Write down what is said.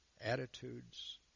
attitudes